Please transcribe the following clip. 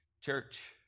Church